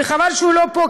וחבל שהוא לא פה,